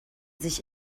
sich